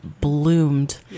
bloomed